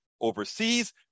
overseas